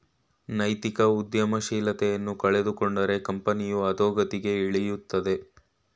ನೈತಿಕ ಉದ್ಯಮಶೀಲತೆಯನ್ನು ಕಳೆದುಕೊಂಡರೆ ಕಂಪನಿಯು ಅದೋಗತಿಗೆ ಇಳಿಯುತ್ತದೆ